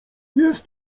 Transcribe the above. jest